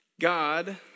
God